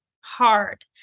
hard